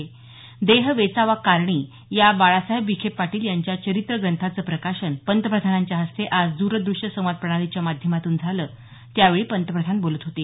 देह वेचावा कारणी या बाळासाहेब विखे पाटील यांच्या चरित्र ग्रंथाचं प्रकाशन पंतप्रधानांच्या हस्ते आज दूरदृश्य संवाद प्रणालीच्या माध्यमातून झालं त्यावेळी पंतप्रधान बोलत होते